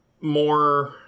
more